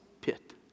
pit